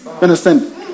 understand